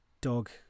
Dog